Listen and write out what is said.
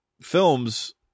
films